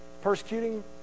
persecuting